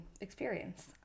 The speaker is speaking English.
experience